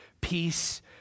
peace